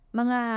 mga